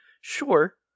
Sure